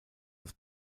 das